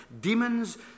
demons